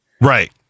right